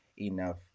enough